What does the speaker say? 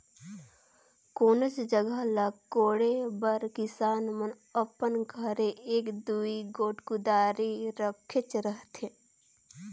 कोनोच जगहा ल कोड़े बर किसान मन अपन घरे एक दूई गोट कुदारी रखेच रहथे